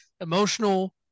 emotional